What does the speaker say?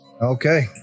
Okay